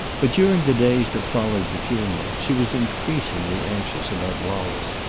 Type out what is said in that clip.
but, during the days that followed the funeral, she was increasingly anxious about wallace.